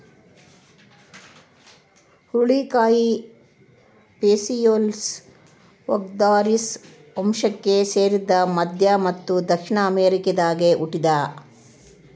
ಹುರುಳಿಕಾಯಿ Phaseolus vulgaris ವಂಶಕ್ಕೆ ಸೇರಿದ ಮಧ್ಯ ಮತ್ತು ದಕ್ಷಿಣ ಅಮೆರಿಕಾದಾಗ ಹುಟ್ಯಾದ